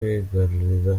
kwigarurira